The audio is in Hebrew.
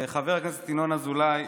חבר הכנסת ינון אזולאי,